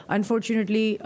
Unfortunately